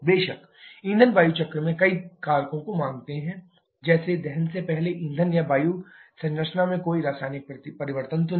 बेशक ईंधन वायु चक्र में कई कारकों को मानते हैं जैसे दहन से पहले ईंधन या वायु संरचना में कोई रासायनिक परिवर्तन तो नहीं